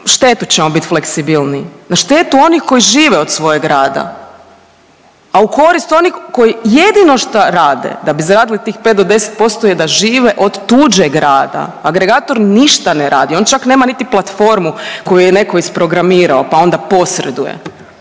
štetu ćemo bit fleksibilniji? Na štetu onih koji žive od svojeg rada. A u korist onih koji jedino što rade da bi zaradili tih 5 do 10% je da žive od tuđeg rada, agregator ništa ne radi, on čak nema niti platformu koju je netko isprogramirao pa onda posreduje.